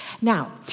Now